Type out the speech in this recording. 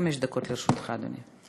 חמש דקות לרשותך, אדוני.